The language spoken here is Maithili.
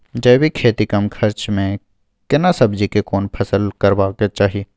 जैविक खेती कम खर्च में केना सब्जी के कोन फसल करबाक चाही?